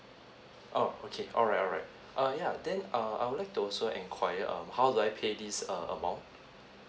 oh okay alright alright err yeah then uh I would like to also enquiry um how do I pay this uh amount